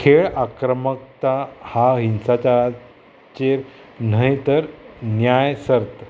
खेळ आक्रमकता हा हिंसाच्या चेर न्हय तर न्याय सर्त